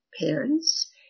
parents